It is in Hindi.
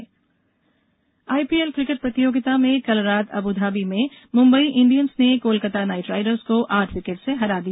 आईपीएल आईपीएल क्रिकेट प्रतियोगिता में कल रात अबुधाबी में मुंबई इंडियन्स ने कोलकाता नाइट राइडर्स को आठ विकेट से हरा दिया